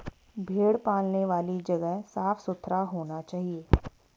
भेड़ पालने वाली जगह साफ सुथरा होना चाहिए